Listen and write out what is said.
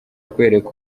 akwereka